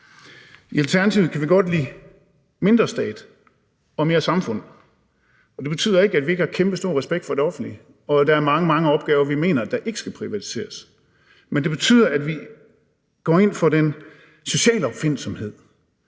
I Alternativet kan vi godt lide mindre stat og mere samfund, og det betyder ikke, at vi ikke har kæmpestor respekt for det offentlige, og at der er mange, mange opgaver vi mener ikke skal privatiseres, men det betyder, at vi går ind for den sociale opfindsomhed,